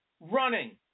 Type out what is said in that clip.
Running